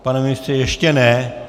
Pane ministře, ještě ne.